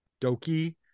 Doki